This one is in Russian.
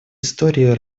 истории